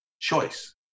Choice